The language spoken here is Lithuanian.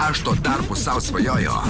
aš tuo tarpu sau svajoju